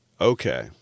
Okay